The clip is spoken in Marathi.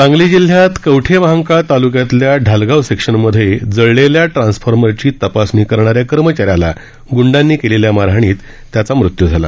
सांगली जिल्ह्यत कवठे महांकाळ तालुक्यातील ढालगाव सेक्शनमध्ये जळलेल्या ट्रान्सफॉर्मरची तपासणी करणाऱ्या कर्मचाऱ्याला गुंडांनी केलेल्या मारहाणीत त्याचा मृत्यू झाला